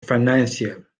financier